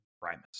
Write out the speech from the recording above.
Primus